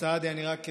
אני רק אצטרף.